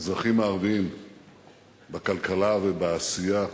האזרחים הערבים בכלכלה ובעשייה,